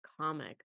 comic